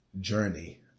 journey